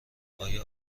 آیا